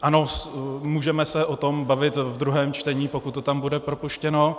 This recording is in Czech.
Ano, můžeme se o tom bavit ve druhém čtení, pokud to tam bude propuštěno.